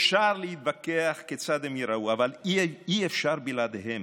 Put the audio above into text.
אפשר להתווכח כיצד הם ייראו אבל אי-אפשר בלעדיהם.